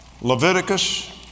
Leviticus